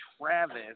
Travis